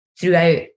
throughout